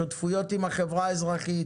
שותפויות עם החברה האזרחית